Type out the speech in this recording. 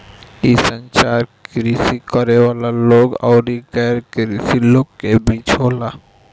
इ संचार कृषि करे वाला लोग अउरी गैर कृषि लोग के बीच होला